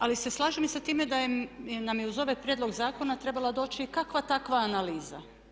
Ali se slažem i sa time da nam je uz ovaj prijedlog zakona trebala doći kakva takva analiza.